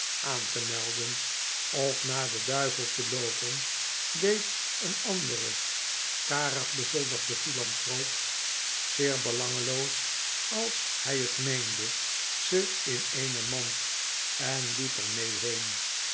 aan te melden of naar den duivel te loopen deed een andere karig bezoldigde philanthroop zeer belangeloos als hg het meende ze in eene mand en liep er mee heen